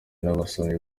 n’abasomyi